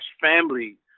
family